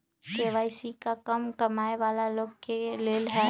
KYC का कम कमाये वाला लोग के लेल है?